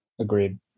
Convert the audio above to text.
Agreed